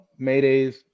maydays